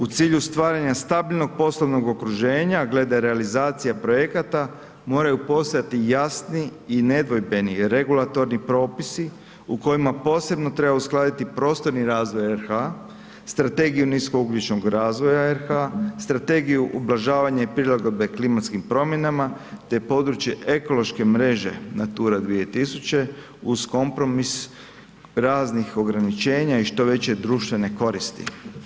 U cilju stvaranja stabilnog poslovnog okruženja, a glede realizacije projekta moraju postojati jasni i nedvojbeni regulatorni propisi u kojima posebno treba uskladiti prostorni razvoj RH, strategiju niskougljičnog razvoja RH, strategiju ublažavanja i prilagodbe klimatskim promjenama, te područje ekološke mreže Natura 2000 uz kompromis raznih ograničenja i što veće društvene koristi.